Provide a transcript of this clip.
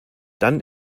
dann